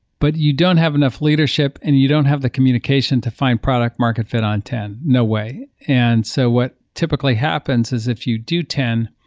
but you don't have enough leadership and you don't have the communication to find product market fit on ten. no way and so what typically happens is if you do ten,